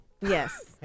Yes